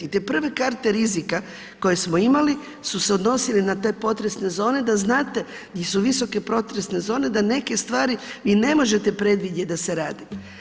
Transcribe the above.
Te prve karte rizika koje smo imali su se odnosile na te potresne zone da znate di su visoke potresne zone da neke stvari vi ne možete predvidjeti da se rade.